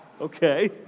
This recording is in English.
Okay